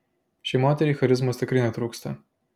šiai moteriai charizmos tikrai netrūksta